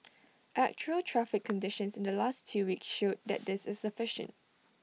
actual traffic conditions in the last two weeks showed that this is sufficient